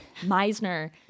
Meisner